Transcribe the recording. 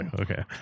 okay